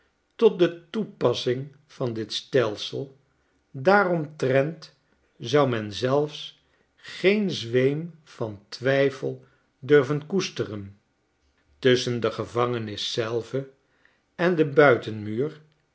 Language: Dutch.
tot detoepassing van dit stelsel daaromtrent zou men zelfs geen zweem van twijfel durven koesteren tusschen de gevangenis zelve en den